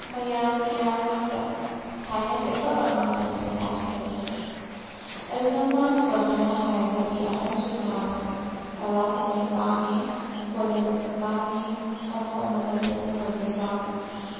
ꯃꯌꯥꯟ ꯇꯨꯌꯥꯟ ꯉꯛꯇ ꯊꯥꯏꯅꯗꯤ ꯑꯐꯕ ꯉꯛꯇꯅꯤ ꯆꯤꯟꯖꯥꯛꯁꯤꯡꯗꯣ ꯑꯗꯨꯒ ꯃꯥꯟꯅꯕ ꯈꯔ ꯍꯥꯏꯔꯒꯗꯤ ꯑꯍꯟꯁꯨ ꯅꯥꯍꯥꯁꯨ ꯍꯥꯔꯥꯎ ꯀꯨꯝꯍꯩ ꯄꯥꯝꯏ ꯀꯣꯏꯕ ꯆꯠꯄ ꯄꯥꯝꯏ ꯑꯅꯧ ꯑꯅꯧꯕ ꯇꯦꯛꯅꯣꯂꯣꯖꯤ ꯄꯥꯝꯏ